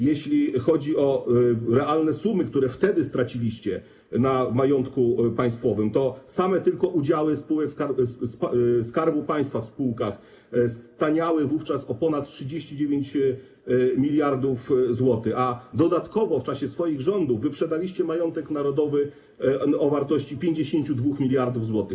Jeśli chodzi o realne sumy, które wtedy straciliście na majątku państwowym, to same tylko udziały Skarbu Państwa w spółkach staniały wówczas o ponad 39 mld zł, a dodatkowo w czasie swoich rządów wyprzedaliście majątek narodowy o wartości 52 mld zł.